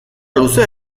luzea